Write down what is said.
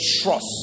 trust